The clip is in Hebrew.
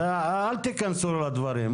אל תיכנסו לדברים שלו.